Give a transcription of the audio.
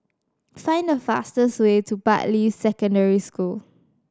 find the fastest way to Bartley Secondary School